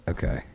Okay